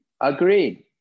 Agreed